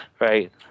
Right